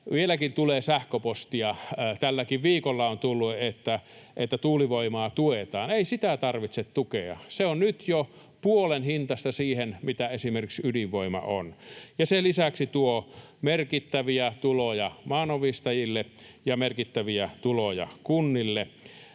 Vieläkin tulee sähköpostia — tälläkin viikolla on tullut — siitä, että tuulivoimaa tuetaan. Ei sitä tarvitse tukea. Se on nyt jo puolen hintaista siihen nähden, mitä esimerkiksi ydinvoima on, ja sen lisäksi tuo merkittäviä tuloja maanomistajille ja merkittäviä tuloja kunnille.